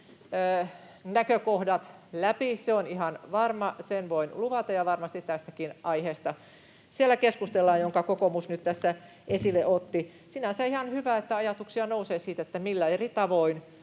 varma, ja sen voin luvata. Ja varmasti siellä keskustellaan tästäkin aiheesta, jonka kokoomus nyt tässä esille otti. Sinänsä on ihan hyvä, että ajatuksia nousee siitä, millä eri tavoin